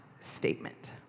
statement